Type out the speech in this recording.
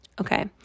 okay